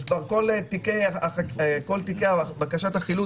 אז כבר כל תיקי בקשת החילוט,